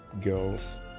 girls